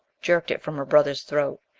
jerked it from her brother's throat.